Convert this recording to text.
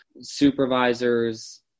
supervisors